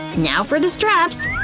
now for the straps,